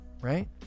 right